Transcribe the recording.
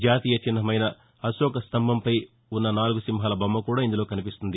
జాతీయ చిహ్నమైన అశోక స్తంభంపై ఉ న్న నాలుగు సింహాల బొమ్మ కూడా ఇందులో కనిపిస్తుంది